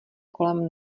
kolem